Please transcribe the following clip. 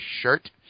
shirt